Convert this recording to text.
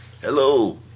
Hello